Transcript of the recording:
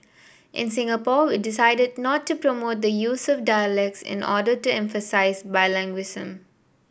in Singapore we decided not to promote the use of dialects in order to emphasise bilingualism